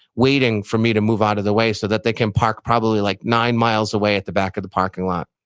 waiting for me to move out of the way so that they can park probably like nine miles away at the back of the parking lot.